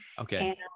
Okay